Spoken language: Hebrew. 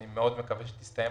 אני מאוד מקווה שהיא תסתיים